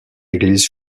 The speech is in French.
église